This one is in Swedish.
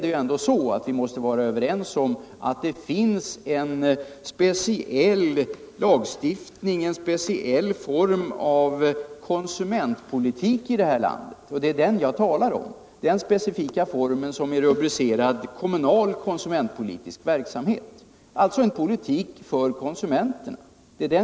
Men vi måste ändå vara överens om att det finns en speciell form av konsumentpolitik i det här landet, och det är den jag talar om, nämligen den specifika form som rubricerats som kommunal konsumentpolitisk verksamhet — en politik för konsumenterna.